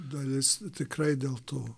dalis tikrai dėl to